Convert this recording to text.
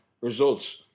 results